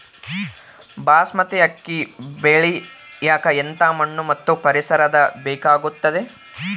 ಬಾಸ್ಮತಿ ಅಕ್ಕಿ ಬೆಳಿಯಕ ಎಂಥ ಮಣ್ಣು ಮತ್ತು ಪರಿಸರದ ಬೇಕಾಗುತೈತೆ?